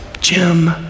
Jim